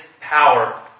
power